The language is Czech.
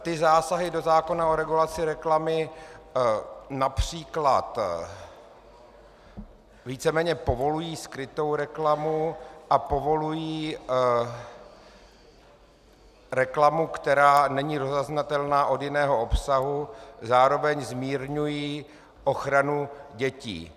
Ty zásahy do zákona o regulaci reklamy například víceméně povolují skrytou reklamu a povolují reklamu, která není rozeznatelná od jiného obsahu, zároveň zmírňují ochranu dětí.